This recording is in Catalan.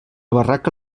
barraca